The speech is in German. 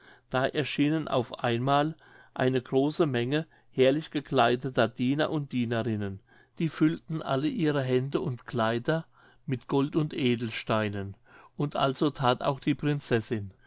da erschienen auf einmal eine große menge herrlich gekleideter diener und dienerinnen die füllten alle ihre hände und kleider mit gold und edelsteinen und also that auch die prinzessin